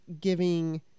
giving